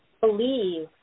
believe